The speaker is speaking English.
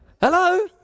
Hello